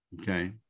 okay